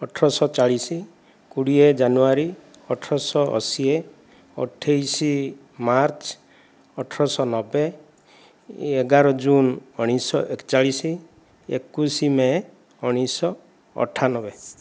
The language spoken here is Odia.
ଅଠରଶହ ଚାଳିଶି କୋଡ଼ିଏ ଜାନୁଆରୀ ଅଠରଶହ ଅଶୀଏ ଅଠେଇଶି ମାର୍ଚ୍ଚ ଅଠରଶହ ନବେ ଏଗାର ଜୁନ ଉଣେଇଶି ଏକଚାଳିଶି ଏକୋଇଶି ମେ ଉଣେଇଶି ଅଠାନବେ